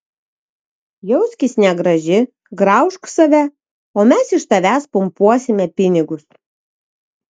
jauskis negraži graužk save o mes iš tavęs pumpuosime pinigus